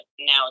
now